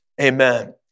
Amen